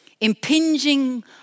impinging